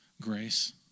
Grace